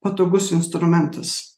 patogus instrumentas